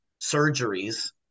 surgeries